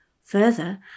Further